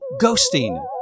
ghosting